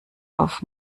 auf